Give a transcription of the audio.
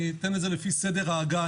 אני אתן לפי סדר ההגעה,